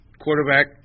quarterback